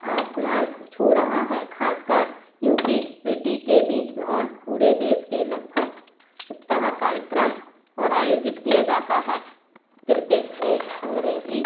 आसमान छू रहा है ख़ासकर यू पी पीटी के बीच में और पूरे देश के लगभग सप्ताह कार्यक्रम और आयोजित किया जाता है किर्केट एक अंग्रेज़ी